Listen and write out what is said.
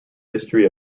history